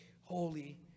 holy